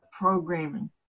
programming